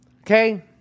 Okay